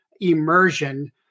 immersion